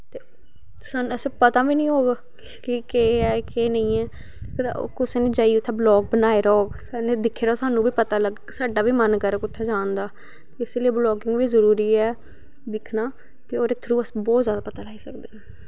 ते असें पता बी नी होग कि केह् ऐ केह् नेंई ऐ कुसै ने जाइयै उत्थे बलॉग बनाए दा होग दिक्खियै स्हानू बी पता लग्गग साढ़ा बी मन करग उत्थै जान दा इस लेई बलॉगिंग बी जरूरी ऐ दिक्खना ते ओह्दे थ्रू अस बहुत जादा पता लाई सकदे